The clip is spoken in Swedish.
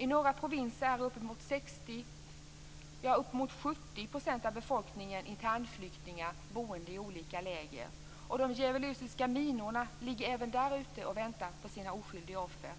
I några provinser är uppemot 70 % av befolkningen internflyktingar, boende i olika läger. Och de djävulska minorna ligger även där ute och väntar på sina oskyldiga offer.